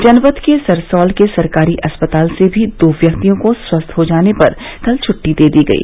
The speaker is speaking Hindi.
जनपद के सरसौल के सरकारी अस्पताल से भी दो व्यक्तियों को स्वस्थ हो जाने पर कल छुट्टी दी गई